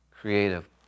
creative